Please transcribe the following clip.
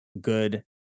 good